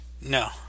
No